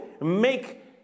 make